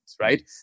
right